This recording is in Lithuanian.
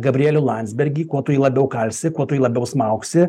gabrielių landsbergį kuo tu jį labiau kalsi kuo tai labiau smaugsi